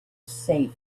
safe